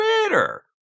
Twitter